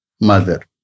mother